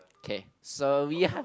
so we have okay